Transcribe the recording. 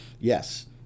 Yes